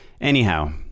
anyhow